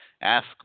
ask